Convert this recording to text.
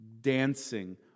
dancing